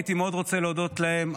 הייתי מאוד רוצה להודות להם,